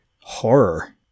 Horror